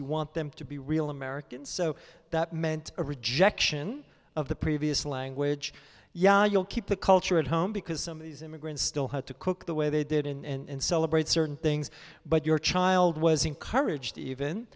you want them to be real americans so that meant a rejection of the previous language yeah you'll keep the culture at home because some of these immigrants still had to cook the way they did in celebrate certain things but your child was encouraged even